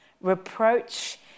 Reproach